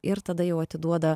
ir tada jau atiduoda